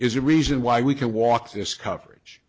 is a reason why we can walk this coverage